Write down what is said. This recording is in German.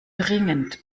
dringend